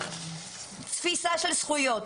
תפיסה של זכויות.